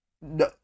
No